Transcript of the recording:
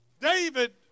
David